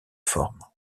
forme